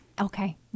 Okay